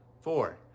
Four